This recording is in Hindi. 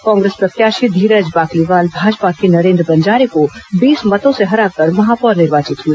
कांग्रेस प्रत्याशी धीरज बाकलीवाल भाजपा के नरेन्द्र बंजारे को बीस मतों से हराकर महापौर निर्वाचित हुए